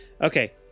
Okay